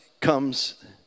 comes